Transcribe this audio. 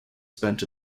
spent